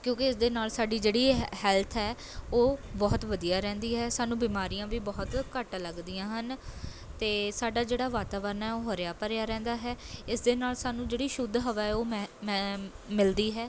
ਕਿਉਂਕਿ ਇਸਦੇ ਨਾਲ਼ ਸਾਡੀ ਜਿਹੜੀ ਹੈ ਹੈਲਥ ਹੈ ਉਹ ਬਹੁਤ ਵਧੀਆ ਰਹਿੰਦੀ ਹੈ ਸਾਨੂੰ ਬਿਮਾਰੀਆਂ ਵੀ ਬਹੁਤ ਘੱਟ ਲੱਗਦੀਆਂ ਹਨ ਅਤੇ ਸਾਡਾ ਜਿਹੜਾ ਵਾਤਾਵਰਨ ਹੈ ਉਹ ਹਰਿਆ ਭਰਿਆ ਰਹਿੰਦਾ ਹੈ ਇਸ ਦੇ ਨਾਲ਼ ਸਾਨੂੰ ਜਿਹੜੀ ਸ਼ੁੱਧ ਹਵਾ ਹੈ ਉਹ ਮੈਂ ਮੈਂ ਮਿਲਦੀ ਹੈ